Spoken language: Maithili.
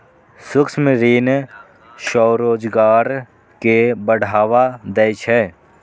सूक्ष्म ऋण स्वरोजगार कें बढ़ावा दै छै